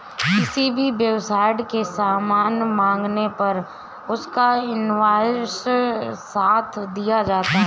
किसी भी वेबसाईट से सामान मंगाने पर उसका इन्वॉइस साथ दिया जाता है